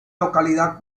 localidad